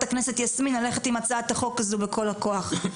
הכנסת יסמין ללכת עם הצעת החוק הזו בכל הכוח.